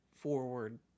forward